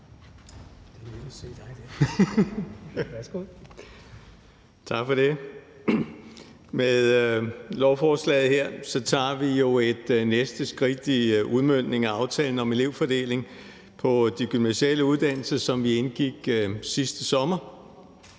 (Ordfører) Jakob Sølvhøj (EL): Tak for det. Med lovforslaget her tager vi jo et næste skridt i udmøntningen af aftalen om elevfordeling på de gymnasiale uddannelser, som vi indgik sidste sommer.